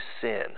sin